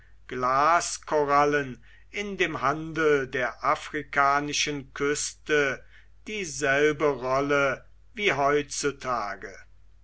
angefertigten glaskorallen in dem handel der afrikanischen küste dieselbe rolle wie heutzutage